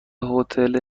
هتل